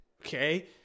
Okay